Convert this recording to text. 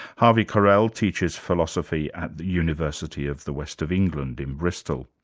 havi carel teaches philosophy at the university of the west of england in bristol.